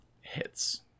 hits